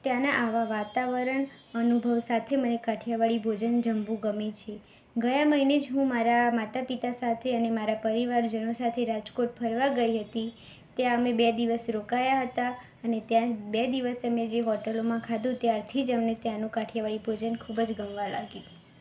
ત્યાંના આવા વાતાવરણ અનુભવ સાથે મને કાઠિયાવાડી ભોજન જમવું ગમે છે ગયા મહિને જ હું મારા માતા પિતા સાથે અને મારા પરિવારજનો સાથે રાજકોટ ફરવા ગઇ હતી ત્યાં અમે બે દિવસ રોકાયા હતા અને ત્યાં બે દિવસ અમે જે હોટલોમાં ખાધું ત્યારથી જ અમને ત્યાંનું કાઠિયાવાડી ભોજન ખૂબ જ ગમવા લાગ્યું